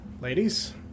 Ladies